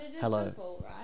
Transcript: hello